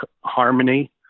harmony